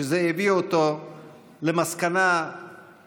שזה הביא אותו למסקנה המתבקשת,